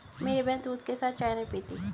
मेरी बहन दूध के साथ चाय नहीं पीती